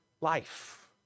Life